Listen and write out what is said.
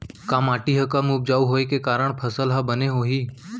का माटी हा कम उपजाऊ होये के कारण फसल हा बने होही?